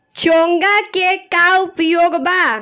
चोंगा के का उपयोग बा?